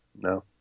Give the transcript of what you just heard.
no